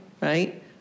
right